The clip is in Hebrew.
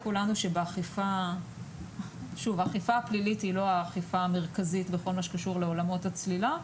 האכיפה הפלילית היא לא האכיפה המרכזית בכל מה שקשור בעולמות הצלילה,